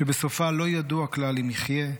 שבסופה לא ידוע כלל אם יחיה,